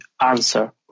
answer